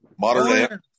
Modern